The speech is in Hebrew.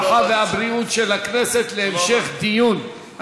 הרווחה והבריאות של הכנסת להמשך דיון.